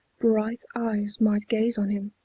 bright eyes might gaze on him,